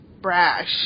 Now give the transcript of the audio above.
brash